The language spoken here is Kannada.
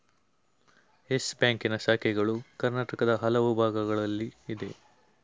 ಯಸ್ ಬ್ಯಾಂಕಿನ ಶಾಖೆಗಳು ಕರ್ನಾಟಕದ ಹಲವು ಭಾಗಗಳಲ್ಲಿ ಇದೆ